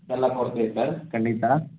ಎಲ್ಲ okay sir ಖಂಡಿತ